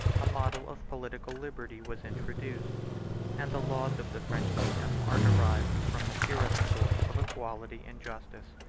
a model of political liberty was introduced and the laws of the french kingdom are derived from the purest source of equality and justice.